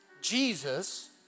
Jesus